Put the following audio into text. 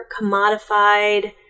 commodified